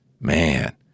man